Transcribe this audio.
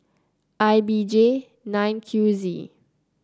I B J nine Q Z